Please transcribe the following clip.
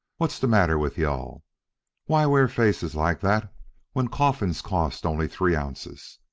what's the matter with you-all? why wear faces like that when coffins cost only three ounces?